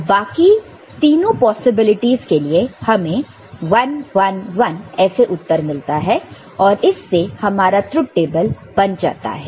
तो बाकी तीनों पॉसिबिलिटीज के लिए हमें 11 1 उत्तर मिलता है और इससे हमारा ट्रुथ टेबल बन जाता है